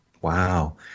Wow